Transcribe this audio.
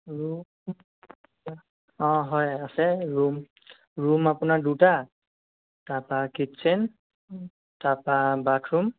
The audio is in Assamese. অঁ হয় আছে ৰূম ৰূম আপোনাৰ দুটা তাৰপৰা কিটছেন তাৰপৰা বাথৰূম